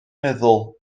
meddwl